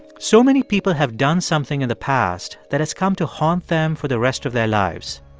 so many people have done something in the past that has come to haunt them for the rest of their lives.